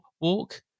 walk